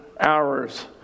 hours